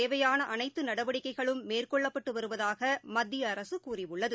பரவலைக் தேவையானஅனைத்துநடவடிக்கைகளும் மேற்கொள்ளப்பட்டுவருவதாகமத்தியஅரசுகூறியுள்ளது